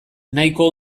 nahiko